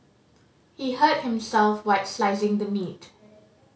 he hurt himself while slicing the meat